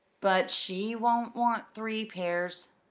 but she won't want three pairs,